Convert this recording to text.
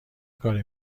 کاری